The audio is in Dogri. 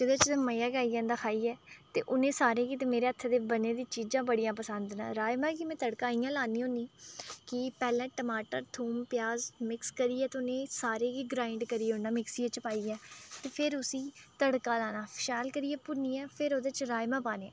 जेह्दे च मज़ा गै आई जंदा खाइयै ते उ'नें सारें गी ते मेरे हत्थे दे बने दी चीज़ां बड़ियां पसंद न राज़मा गी में तड़का इ'यां लानी होन्नी कि पैह्लें टमाटर थौम प्याज मिक्स करियै ते उ'नें सारें गी ग्राईंड करी ओड़ना मिक्सियै च पाइयै फिर उसी तड़का लाना शैल करियै भुन्नियै फिर ओह्दे च राज़मा पाने